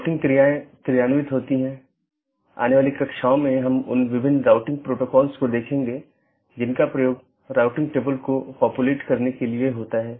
BGP या border gateway protocol बाहरी routing protocol है जो ऑटॉनमस सिस्टमों के पार पैकेट को सही तरीके से रूट करने में मदद करता है